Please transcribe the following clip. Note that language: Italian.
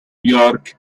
york